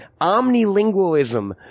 omnilingualism